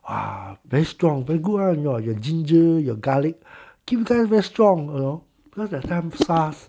!wah! very strong very good [one] you know your ginger your garlic kill them very strong cause that time SARS